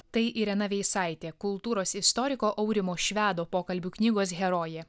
tai irena veisaitė kultūros istoriko aurimo švedo pokalbių knygos herojė